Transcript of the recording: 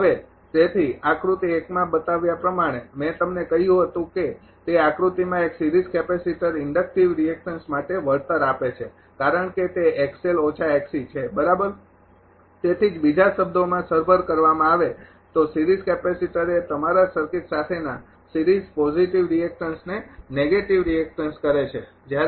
હવે તેથી આકૃતિ એક માં બતાવ્યા પ્રમાણે મેં તમને કહ્યું હતું કે તે આકૃતિમાં એક સિરીઝ કેપેસિટર ઇન્ડકટિવ રિએકટન્સ માટે વળતર આપે છે કારણ કે તે છે બરાબર તેથી જ બીજા શબ્દોમાં સરભર કરવામાં આવે તો સિરીઝ કેપેસિટર એ તમારા સર્કિટ સાથેના સિરીઝ પોજિટિવ રિએકટન્સને નેગેટિવ રિએકટન્સ કરે છે